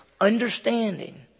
understanding